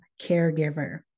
Caregiver